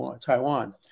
Taiwan